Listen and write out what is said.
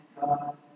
God